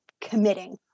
committing